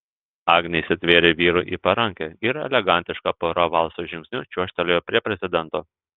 agnė įsitvėrė vyrui į parankę ir elegantiška pora valso žingsniu čiuožtelėjo prie prezidento